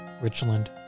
Richland